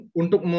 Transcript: untuk